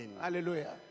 Hallelujah